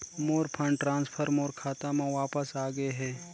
मोर fund transfer मोर खाता म वापस आ गे हे